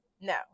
No